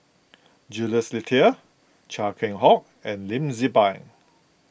Jules Itier Chia Keng Hock and Lim Tze Peng